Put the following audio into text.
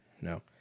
No